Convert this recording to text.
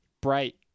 Bright